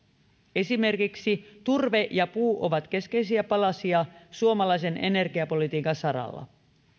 esimerkiksi turve ja puu ovat keskeisiä palasia suomalaisen energiapolitiikan saralla